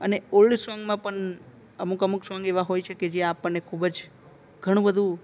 અને ઓલ્ડ સોંગમાં પણ અમુક અમુક સોંગ એવા હોય છે કે જે આપણને ખૂબ જ ઘણું બધું